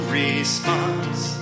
response